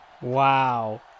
Wow